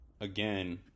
again